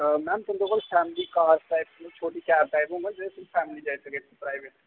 ma'am तुं'दे कोल family type car छोटी कैब टाइप होङन जेह्दे बिच्च फैमिली जाई सकै प्राइवेट